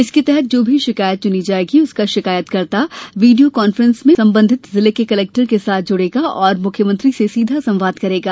इसके तहत जो भी शिकायत चुनी जायेगी उसका शिकायतकर्ता वीडियो कान्फ्रेंस में संबंधित जिले से कलेक्टर के साथ जुड़ेगा और मुख्यमंत्री से सीधा संवाद करेगा